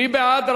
מי בעד?